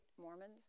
Mormons